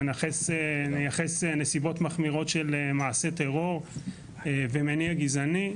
נייחס נסיבות מחמירות של מעשי טרור ומניע גזעני.